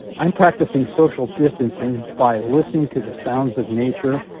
i'm practicing social distancing by listening to the sounds of nature.